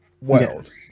world